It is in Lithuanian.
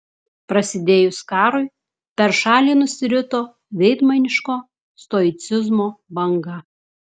prasidėjus karui per šalį nusirito veidmainiško stoicizmo banga